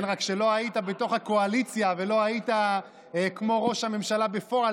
רק שלא היית בתוך הקואליציה ולא היית כמו ראש הממשלה בפועל.